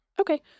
Okay